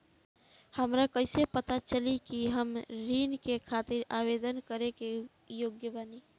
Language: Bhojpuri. हमरा कइसे पता चली कि हम ऋण के खातिर आवेदन करे के योग्य बानी?